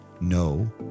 No